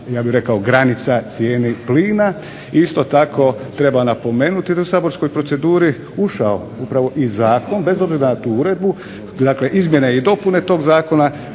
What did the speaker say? se određivala granica cijeni plina. Isto tako treba napomenuti da je u saborsku proceduru ušao upravo i zakon, bez obzira na tu uredbu, dakle izmjene i dopune tog zakona